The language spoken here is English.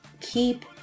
keep